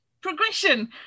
progression